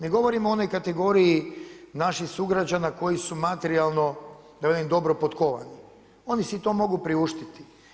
Ne govorim o onoj kategoriji naših sugrađana koji su materijalno da velim dobro potkovani, oni si to mogu priuštiti.